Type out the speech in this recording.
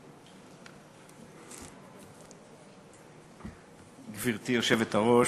גברתי היושבת-ראש,